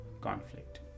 conflict